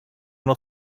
not